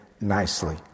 nicely